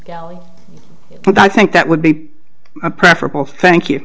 so i think that would be preferable thank you